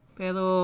pero